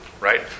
Right